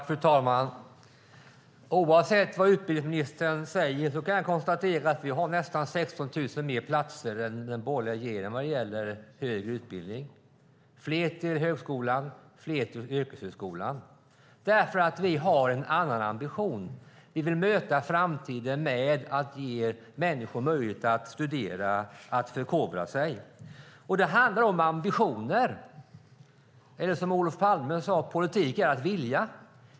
Fru talman! Oavsett vad utbildningsministern säger kan jag konstatera att vi har nästan 16 000 fler platser än den borgerliga regeringen när det gäller högre utbildning. Vi har fler till högskolan och fler till yrkeshögskolan, för vi har en annan ambition. Vi vill möta framtiden med att ge människor möjlighet att studera och förkovra sig. Det handlar om ambitioner. Det är som Olof Palme sade: Politik är att vilja.